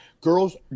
Girls